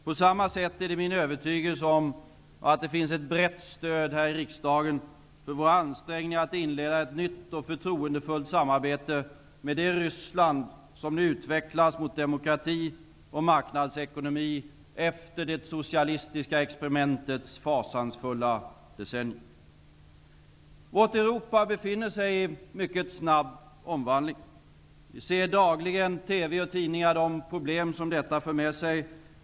På samma sätt är det min övertygelse att det finns ett brett stöd här i riksdagen för våra ansträngningar att inleda ett nytt och förtroendefullt samarbete med det Ryssland som utvecklas mot demokrati och marknadsekonomi, efter det socialistiska experimentets fasansfulla decennier. Vårt Europa befinner sig i mycket snabb omvandling. Vi ser dagligen på TV och i tidningar de problem som detta för med sig.